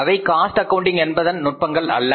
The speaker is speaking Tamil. அவை காஸ்ட் அக்கவுன்டிங் என்பதன் நுட்பங்கள் அல்ல